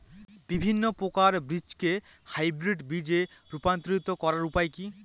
বিভিন্ন প্রকার বীজকে হাইব্রিড বীজ এ রূপান্তরিত করার উপায় কি?